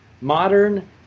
modern